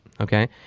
Okay